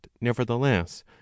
nevertheless